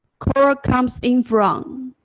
call comes in from,